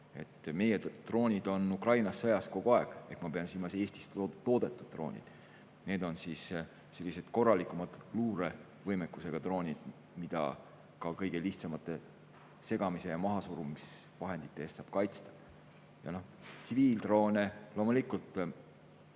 Meie droonid on Ukrainas sõjas kogu aeg, ma pean silmas Eestis toodetud droone. Need on sellised korralikud luurevõimekusega droonid, mida ka kõige lihtsamate segamis‑ ja mahasurumisvahendite eest saab kaitsta. Tsiviildroone kasutavad